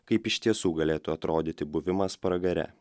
kaip iš tiesų galėtų atrodyti buvimas pragare